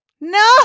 No